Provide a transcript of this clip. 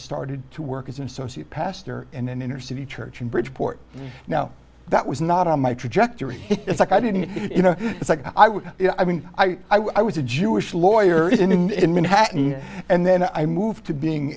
started to work as an associate pastor in an inner city church in bridgeport now that was not on my trajectory it's like i didn't you know i would you know i mean i was a jewish lawyer isn't in manhattan and then i moved to being